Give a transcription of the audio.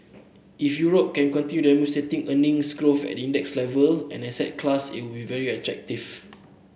if Europe can continue demonstrating earnings growth at index level as an asset class it will very attractive